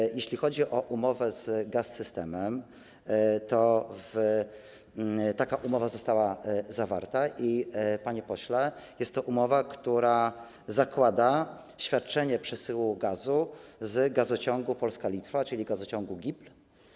Po drugie, jeśli chodzi o umowę z Gaz-Systemem, to taka umowa została zawarta i jest to, panie pośle, umowa, która zakłada świadczenie przesyłu gazu z gazociągu Polska - Litwa, czyli gazociągu GIPL.